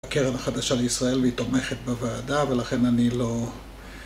הקרן החדשה של ישראל, והיא תומכת בוועדה, ולכן אני לא...